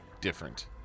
different